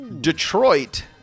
Detroit